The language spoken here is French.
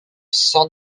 sans